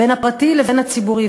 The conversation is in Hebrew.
בין הפרטי לבין הציבורי,